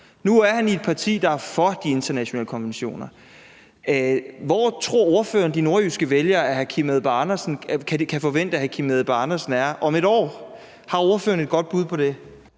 Nu er han i et parti, der er for de internationale konventioner. Hvor tror ordføreren at de nordjyske vælgere kan forvente at hr. Kim Edberg Andersen er om 1 år? Har ordføreren et godt bud på det?